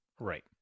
Right